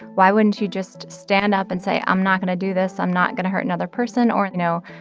why wouldn't you just stand up and say, i'm not going to do this, i'm not going to hurt another person, or, you know,